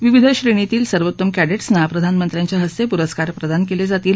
विविध श्रेणीतील सर्वोत्तम कैडे सेना प्रधानमंत्र्यांच्या हस्ते पुरस्कार प्रदान केले जातील